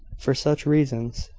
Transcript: for such reasons.